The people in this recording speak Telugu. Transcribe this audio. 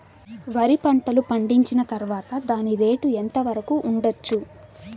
వరి పంటలు పండించిన తర్వాత దాని రేటు ఎంత వరకు ఉండచ్చు